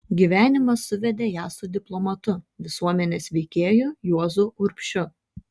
gyvenimas suvedė ją su diplomatu visuomenės veikėju juozu urbšiu